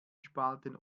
spalten